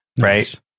right